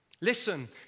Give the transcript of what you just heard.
Listen